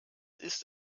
ist